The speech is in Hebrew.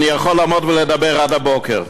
אני יכול לעמוד ולדבר עד הבוקר,